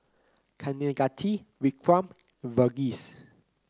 Kaneganti Vikram and Verghese